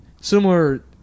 Similar